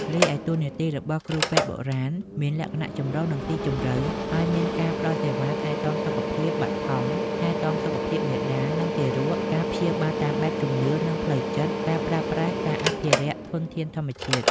រីឯ តួនាទីរបស់គ្រូពេទ្យបុរាណ មានលក្ខណៈចម្រុះ និងស៊ីជម្រៅ ហើយមានការ ផ្ដល់សេវាថែទាំសុខភាពបឋម ថែទាំសុខភាពមាតា និងទារក ការព្យាបាលតាមបែបជំនឿ និងផ្លូវចិត្ត ការប្រើប្រាស់ និងអភិរក្សធនធានធម្មជាតិ។